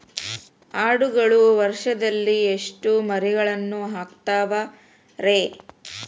ಆಡುಗಳು ವರುಷದಲ್ಲಿ ಎಷ್ಟು ಮರಿಗಳನ್ನು ಹಾಕ್ತಾವ ರೇ?